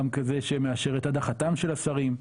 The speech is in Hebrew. גם כזה שמאשר אתת הדחתם של השרים,